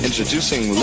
Introducing